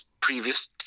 previous